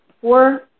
four